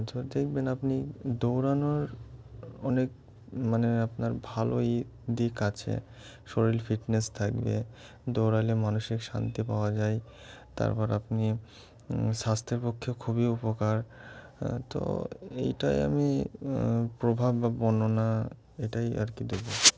তো দেখবেন আপনি দৌড়ানোর অনেক মানে আপনার ভালো ই দিক আছে শরীর ফিটনেস থাকবে দৌড়ালে মানসিক শান্তি পাওয়া যায় তারপর আপনি স্বাস্থ্যের পক্ষে খুবই উপকার তো এইটাই আমি প্রভাব বা বর্ণনা এটাই আর কি দেবো